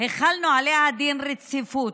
החלנו עליה דין רציפות.